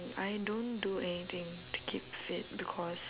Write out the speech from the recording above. I don't do anything to keep fit because